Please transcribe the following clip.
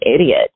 idiot